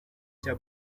cya